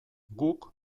guk